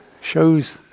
shows